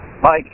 Mike